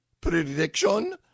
prediction